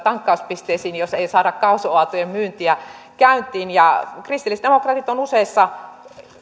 tankkauspisteisiin jos ei saada kaasuautojen myyntiä käyntiin kristillisdemokraatit on useissa